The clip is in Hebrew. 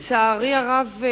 לצערי הרב,